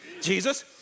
Jesus